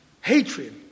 hatred